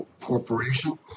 corporation